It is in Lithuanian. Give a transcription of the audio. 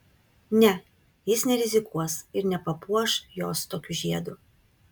ne jis nerizikuos ir nepapuoš jos tokiu žiedu